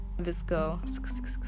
visco